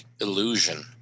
illusion